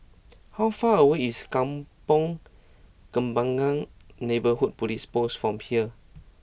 how far away is Kampong Kembangan Neighbourhood Police Post from here